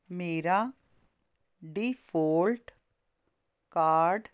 ਮੇਰਾ default card